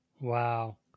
Wow